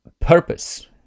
purpose